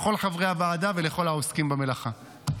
לכל חברי הוועדה ולכל העוסקים במלאכה.